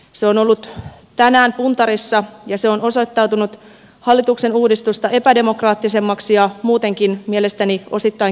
se on ollut tänään puntarissa ja se on osoittautunut hallituksen uudistusta epädemokraattisemmaksi ja muutenkin mielestäni osittain keinotekoiseksi